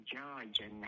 Georgia